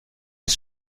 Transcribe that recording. les